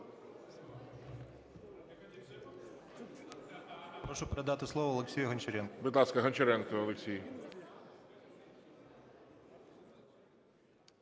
Прошу передати слово Олексію Гончаренку. ГОЛОВУЮЧИЙ. Будь ласка, Гончаренко Олексій.